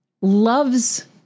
loves